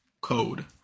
code